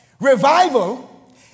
revival